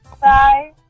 Bye